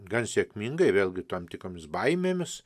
gan sėkmingai vėlgi tam tikromis baimėmis